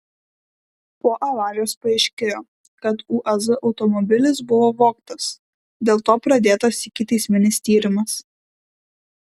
po avarijos paaiškėjo kad uaz automobilis buvo vogtas dėl to pradėtas ikiteisminis tyrimas